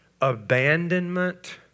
abandonment